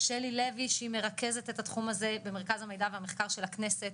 שלי לוי שמרכזת את התחום הזה במרכז המידע והמחקר של הכנסת,